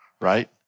right